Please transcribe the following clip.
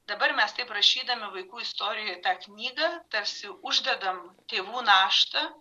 dabar mes taip rašydami vaikų istorijoj tą knygą tarsi uždedam tėvų naštą